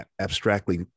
abstractly